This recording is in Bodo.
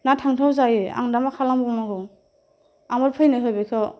ना थांथाव जायो आं दा मा खालामबावनांगौ माबार फैनो हो बेखौ